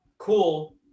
Cool